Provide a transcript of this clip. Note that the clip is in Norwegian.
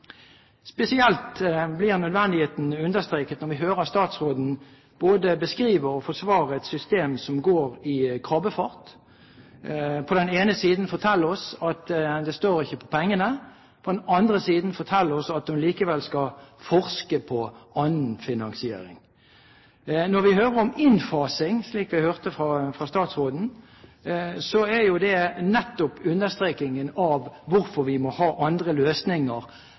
Spesielt blir nødvendigheten understreket når vi hører statsråden både beskrive og forsvare et system som går i krabbefart, og på den ene siden fortelle oss at det står ikke på pengene og på den andre siden fortelle oss at hun likevel skal forske på annen finansiering. Når vi hører om innfasing, slik vi hørte fra statsråden, er jo det nettopp understrekingen av hvorfor vi må ha andre løsninger